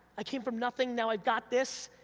i came from nothing, now i got this.